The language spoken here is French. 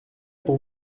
pour